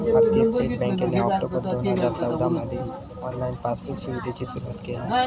भारतीय स्टेट बँकेन ऑक्टोबर दोन हजार चौदामधी ऑनलाईन पासबुक सुविधेची सुरुवात केल्यान